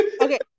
Okay